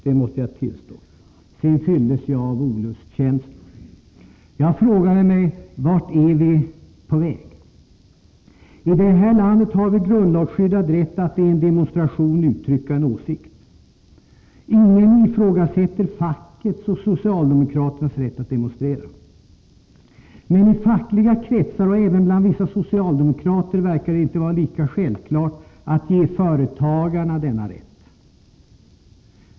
Det måste jag tillstå. Sedan fylldes jag av olustkänslor. Jag frågade mig: Vart är vi på väg? I det här landet har vi grundlagsskyddad rätt att i en demonstration uttrycka en åsikt. Ingen ifrågasätter fackets och socialdemokraternas rätt att demonstrera — men i fackliga kretsar liksom bland vissa socialdemokrater verkar det inte vara lika självklart att ge företagarna denna rätt.